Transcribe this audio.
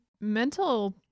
mental